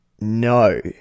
No